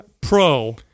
Pro